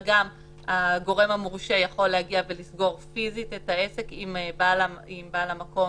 גם הגורם המורשה יכול להגיע ולסגור פיזית את העסק אם בעל המקום,